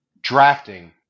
drafting